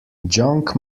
junk